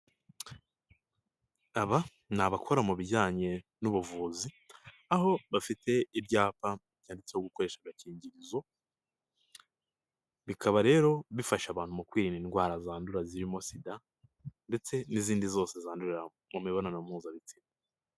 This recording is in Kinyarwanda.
Aba ni abakora mu bijyanye n'ubuvuzi, aho bafite ibyapa byanditseho gukoresha agakingirizo, bikaba rero bifasha abantu mu kwirinda indwara zandura zirimo sida ndetse n'izindi zose zandurira mu mibonano mpuzabitsina.